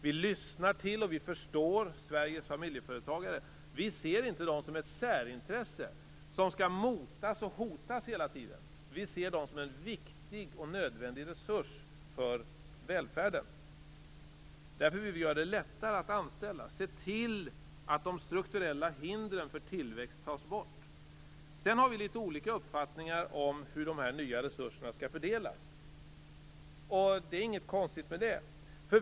Vi lyssnar till och vi förstår Sveriges familjeföretagare. Vi ser dem inte som ett särintresse som hela tiden skall motas och hotas. Vi ser dem som en viktig och nödvändig resurs för välfärden. Därför vill vi göra det lättare att anställa och se till att de strukturella hindren för tillväxt tas bort. Vi har litet olika uppfattning om hur dessa nya resurser skall fördelas. Det är inget konstigt med det.